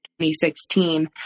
2016